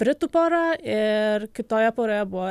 britų pora ir kitoje poroje buvo